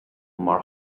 mar